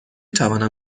توانم